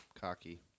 cocky